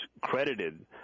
credited